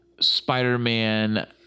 Spider-Man